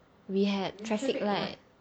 we had traffic light